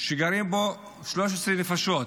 שגרות בו 13 נפשות.